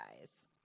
guys